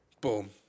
Boom